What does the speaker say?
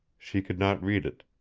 she could not read it,